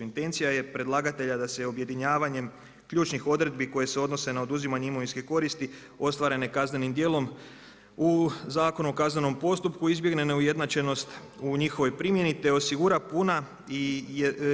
Intencija je predlagatelja da se objedinjavanjem ključnih odredbi koje se odnose na oduzimanje imovinske koristi ostvarene kaznenim djelom u Zakonu o kaznenom postupku izbjegne neujednačenost u njihovoj primjeni te osigura puna i